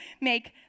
make